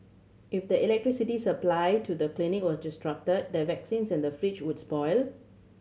if the electricity supply to the clinic was disrupted the vaccines in the fridge would spoil